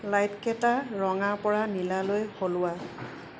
লাইটকেইটা ৰঙাৰ পৰা নীলালৈ সলোৱা